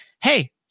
hey